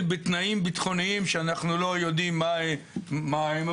בתנאים ביטחוניים שאנחנו לא יודעים מהם,